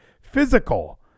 physical